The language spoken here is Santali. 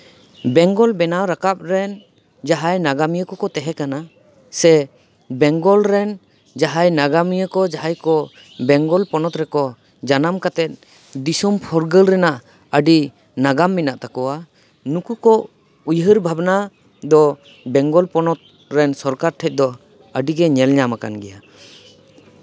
ᱵᱮᱝᱜᱚᱞ ᱵᱮᱱᱟᱣ ᱨᱟᱠᱟᱵ ᱨᱮᱱ ᱡᱟᱦᱟᱸᱭ ᱱᱟᱜᱟᱢᱤᱭᱟᱹ ᱠᱚᱠᱚ ᱛᱟᱦᱮᱸ ᱠᱟᱱᱟ ᱥᱮ ᱵᱮᱝᱜᱚᱞ ᱨᱮᱱ ᱡᱟᱦᱟᱸᱭ ᱱᱟᱜᱟᱢᱤᱭᱟᱹ ᱠᱚ ᱡᱟᱦᱟᱸᱭ ᱠᱚ ᱵᱮᱝᱜᱚᱞ ᱯᱚᱱᱚᱛ ᱨᱮᱠᱚ ᱡᱟᱱᱟᱢ ᱠᱟᱛᱮᱫ ᱫᱤᱥᱳᱢ ᱯᱷᱩᱨᱜᱟᱹᱞ ᱨᱮᱱᱟᱜ ᱟᱹᱰᱤ ᱱᱟᱜᱟᱢ ᱢᱮᱱᱟᱜ ᱛᱟᱠᱚᱣᱟ ᱱᱩᱠᱩ ᱠᱚ ᱩᱭᱦᱟᱹᱨ ᱵᱷᱟᱵᱽᱱᱟ ᱫᱚ ᱵᱮᱝᱜᱚᱞ ᱯᱚᱱᱚᱛ ᱨᱮᱱ ᱥᱚᱨᱠᱟᱨ ᱴᱷᱮᱱ ᱫᱚ ᱟᱹᱰᱤᱜᱮ ᱧᱮᱞ ᱧᱟᱢ ᱟᱠᱟᱱ ᱜᱮᱭᱟ